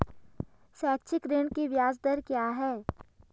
शैक्षिक ऋण की ब्याज दर क्या है?